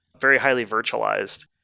very highly virtualized.